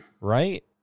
right